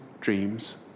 dreams